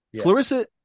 Clarissa –